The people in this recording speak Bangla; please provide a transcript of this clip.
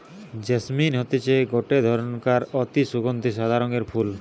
জেসমিন হতিছে গটে ধরণকার অতি সুগন্ধি সাদা রঙের ফুল